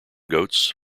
goats